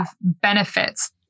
benefits